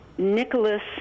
Nicholas